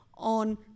on